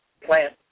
plant